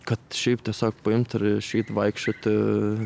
kad šiaip tiesiog paimt ir išeit vaikščioti